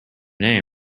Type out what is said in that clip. name